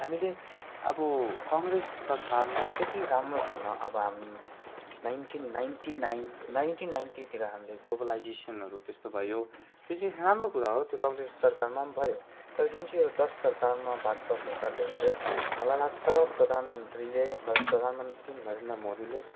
हामीले अब कङ्ग्रेस सरकारमा त्यति राम्रो थिएन अब हामी नाइनटीन नाइन्टी नाइन नाइन्टी नाइन्टीतिर हामीले ग्लोबलाइजेसनहरू त्यस्तो भयो त्यो चाहिँ राम्रो कुरा हो त्यो कङ्ग्रेस सरकारमा पनि भयो तर जुन चाहिँ यो दस सरकारमा भाजपा सरकारले गऱ्यो मलाई लाग्छ प्रधानमन्त्रीले प्रधानमन्त्री नरेन्द्र मोदीले